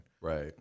Right